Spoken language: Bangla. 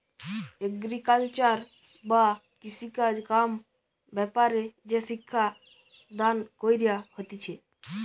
এগ্রিকালচার বা কৃষিকাজ কাম ব্যাপারে যে শিক্ষা দান কইরা হতিছে